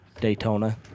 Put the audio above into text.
Daytona